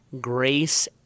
grace